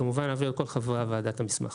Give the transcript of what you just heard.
כמובן, נעביר לכל חברי הוועדה את המסמך.